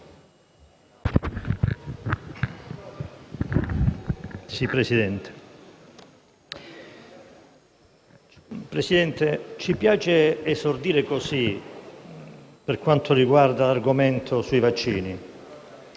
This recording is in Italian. Presidente, ci piace esordire così, per quanto riguarda l'argomento dei vaccini: